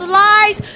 lies